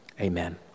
amen